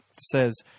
says